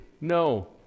No